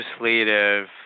legislative